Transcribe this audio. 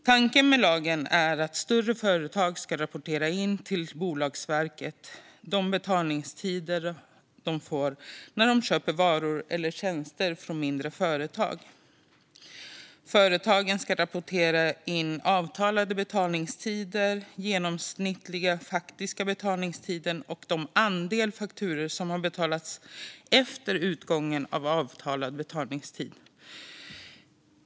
Tanken med lagen är att större företag ska rapportera in till Bolagsverket de betalningstider de får när de köper varor eller tjänster från mindre företag. Företagen ska rapportera in avtalade betalningstider, den genomsnittliga faktiska betalningstiden och den andel fakturor som har betalats efter utgången av avtalad betalningstid.